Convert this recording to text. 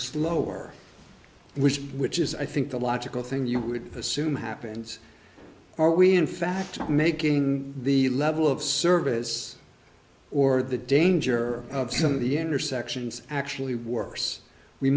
slower which which is i think the logical thing you would assume happens are we in fact making the level of service or the danger of some of the intersections actually worse we